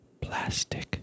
Plastic